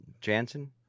Jansen